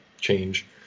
change